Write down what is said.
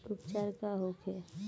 उपचार का होखे?